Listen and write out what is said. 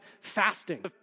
fasting